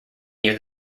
near